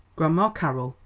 grandma carroll,